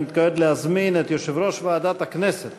אני מתכבד להזמין את יושב-ראש ועדת הכנסת